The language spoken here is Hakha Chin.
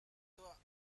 tuah